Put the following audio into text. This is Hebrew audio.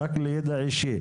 רק לידע אישי.